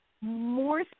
more